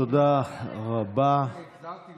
בנית לעצמך קרדיט גדול,